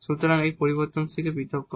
সুতরাং এই ভেরিয়েবলকে পৃথক করে